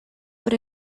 por